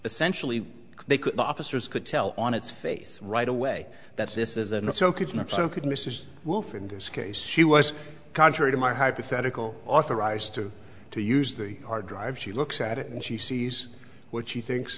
essentially they could the officers could tell on its face right away that this is a good mrs wolff in this case she was contrary to my hypothetical authorized to to use the hard drive she looks at it and she sees what she thinks